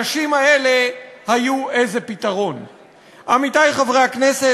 / האנשים האלה היו איזה פתרון." עמיתי חברי הכנסת,